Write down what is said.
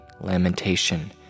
lamentation